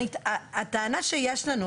הטענה שיש לנו,